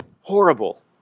horrible